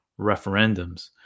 referendums